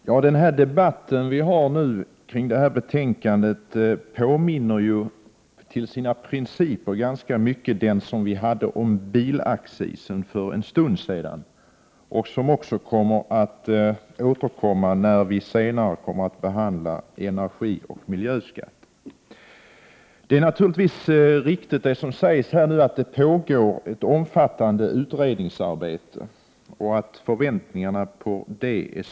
Herr talman! Den debatt som vi nu för om detta betänkande påminner till sina principer mycket om den debatt vi hade för en stund sedan om bilacciser. Debatten kommer att upprepas när vi senare skall behandla energioch miljöskatt. Det har sagts här att det pågår ett omfattande utredningsarbete, och det är naturligtvis riktigt.